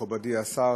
מכובדי השר,